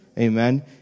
Amen